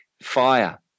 fire